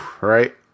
right